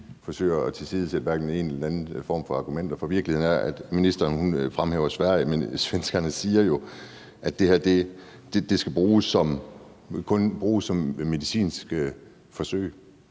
vi forsøger at tilsidesætte hverken den ene eller den anden form for argumenter. For virkeligheden er, at ministeren fremhæver Sverige, men at svenskerne jo siger, at det her kun skal bruges som medicinske forsøg.